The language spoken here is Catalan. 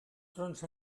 trons